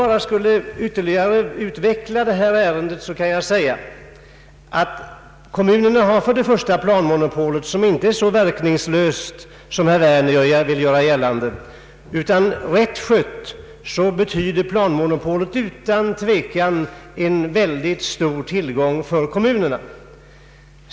Om jag ytterligare skall utveckla detta ärende vill jag framhålla att kommunerna först och främst har planmonopolet, som inte är så verkningslöst som herr Werner vill göra gällande. Rätt skött betyder planmonopolet utan tvekan en väldigt stor tillgång för kommunerna.